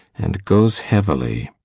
and goes heavily.